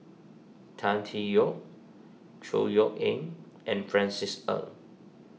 Tan Tee Yoke Chor Yeok Eng and Francis Ng